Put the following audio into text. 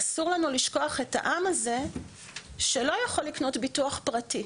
אסור לנו לשכוח את העם הזה שלא יכול לקנות ביטוח פרטי,